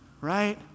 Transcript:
right